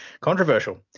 Controversial